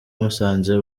musanze